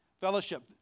fellowship